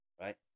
right